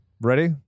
Ready